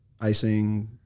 icing